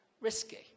risky